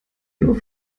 nur